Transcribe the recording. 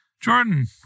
Jordan